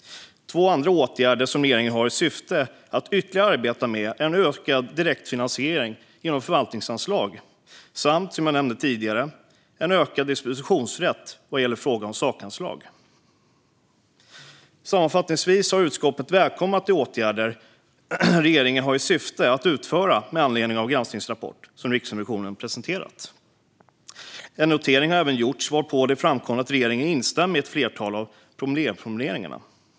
Två andra åtgärder som regeringen har som syfte att ytterligare arbeta med är en utökad direktfinansiering genom förvaltningsanslag samt, som jag nämnde tidigare, en ökad dispositionsrätt vad gäller frågan om sakanslag. Sammanfattningsvis har utskottet välkomnat de åtgärder som regeringen syftar att vidta med anledning av den granskningsrapport som Riksrevisionen har presenterat. En notering har även gjorts varpå det framkommer att regeringen instämmer i ett flertal av problemformuleringarna.